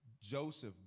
Joseph